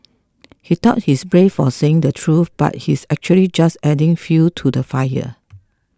he thought he's brave for saying the truth but he's actually just adding fuel to the fire